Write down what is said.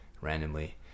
randomly